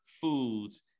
foods